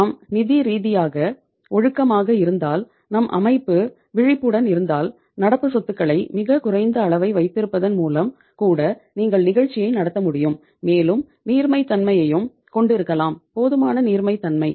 நாம் நிதி ரீதியாக ஒழுக்கமாக இருந்தால் நம் அமைப்பு விழிப்புடன் இருந்தால் நடப்பு சொத்துகளை மிகக் குறைந்த அளவை வைத்திருப்பதன் மூலம் கூட நீங்கள் நிகழ்ச்சியை நடத்த முடியும் மேலும் நீர்மைத்தன்மையையும் கொண்டிருக்கலாம் போதுமான நீர்மைத்தன்மை